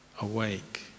awake